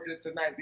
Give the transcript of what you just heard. tonight